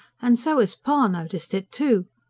and so as pa noticed it, too.